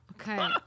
Okay